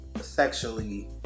sexually